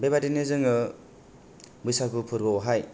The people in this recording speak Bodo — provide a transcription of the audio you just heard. बेबायदिनो जोङो बैसागु फोरबो आवहाय